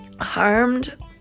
harmed